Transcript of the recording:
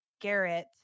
Garrett